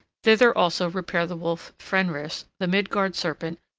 thither also repair the wolf fenris, the midgard serpent,